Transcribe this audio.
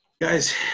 guys